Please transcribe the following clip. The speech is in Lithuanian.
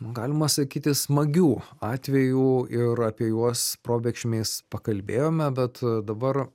galima sakyti smagių atvejų ir apie juos probėgšmiais pakalbėjome bet dabar